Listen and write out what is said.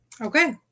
Okay